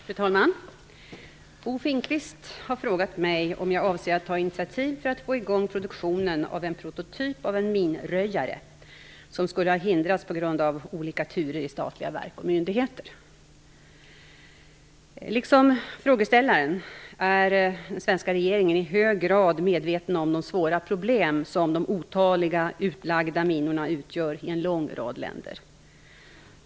Fru talman! Bo Finnkvist har frågat mig om jag avser att ta initiativ för att få i gång produktionen av en prototyp av en minröjare, vilket skulle ha hindrats på grund av olika turer i statliga verk och myndigheter. Liksom frågeställaren är svenska regeringen i hög grad medveten om de svåra problem som de otaliga utlagda minorna utgör i en lång rad länder.